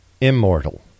Immortal